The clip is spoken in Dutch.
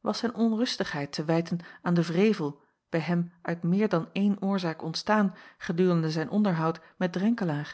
was zijn onrustigheid te wijten aan den wrevel bij hem uit meer dan eene oorzaak ontstaan gedurende zijn onderhoud met